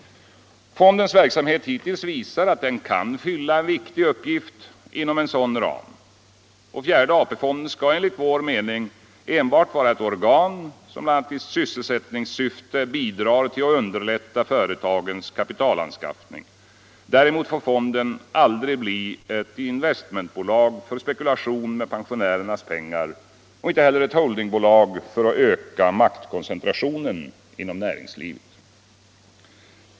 Fondens verksamhet hittills visar att den kan fylla en viktig uppgift inom en sådan ram. Fjärde AP-fonden skall enligt vår mening enbart vara ett organ som i bl.a. sysselsättningssyfte bidrar till att underlätta företagens kapitalanskaffning. Däremot får fonden aldrig bli ett investmentbolag för spekulation med pensionärernas pengar och inte heller ett holdingbolag för att öka maktkoncentrationen inom näringslivet.